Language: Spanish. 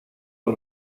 con